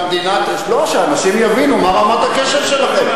לא, שאנשים יבינו מה רמת הקשב שלכם.